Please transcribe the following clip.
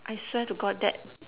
I swear to god that